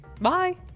Bye